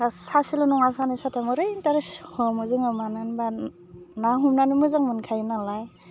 सासेल' नङा सानै साथाम ओरै इन्टारेस्ट हमो जोङो मानो होनबा ना हमनानै मोजां मोनखायो नालाय